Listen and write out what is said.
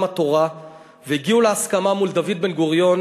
התורה והגיעו להסכמה מול דוד בן-גוריון,